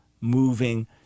moving